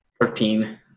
Thirteen